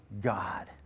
God